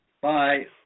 Bye